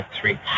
Three